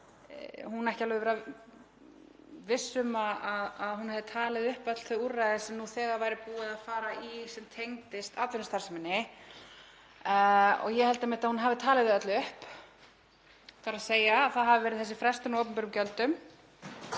hún ekki vera alveg viss um að hún hefði talið upp öll þau úrræði sem nú þegar væri búið að fara í sem tengdust atvinnustarfseminni en ég held einmitt að hún hafi talið þau öll upp, þ.e. að það hafi verið þessi frestun á opinberum gjöldum,